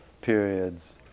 periods